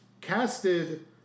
casted